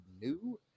new